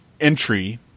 entry